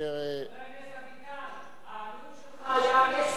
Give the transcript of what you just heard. חבר הכנסת אביטל, האמינות שלך היה המסר,